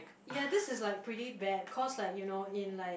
ya this is like pretty bad cause like you know in like